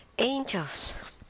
Angels